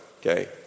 Okay